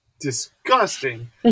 disgusting